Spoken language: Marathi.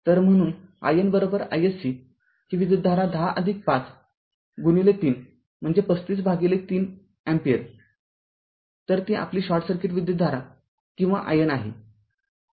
तरम्हणून IN iSC ही विद्युतधारा १०५ गुणिले ३ म्हणजे ३५ भागिले ३ अँपिअर तर ती आपली शॉर्ट सर्किट विद्युतधारा किंवा IN आहे